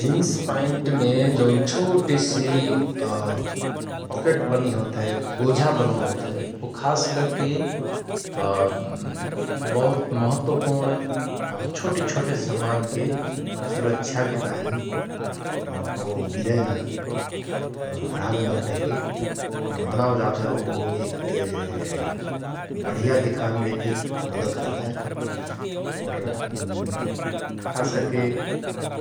जीन्स पाईन्टमे जौन छोटिसि पकेट बनि होत हय गोझा बनो होत हय बो खास करके उम बहुत महत्वपूर्ण छोटे छोटे समानके शुरक्षाके ताहिँ कहुं गिरयन हरावय न कहिके बनाओ जात हय । और बो एक बढिया दिखानमे फिर मदत कर्तहय और उम खास करके